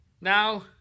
Now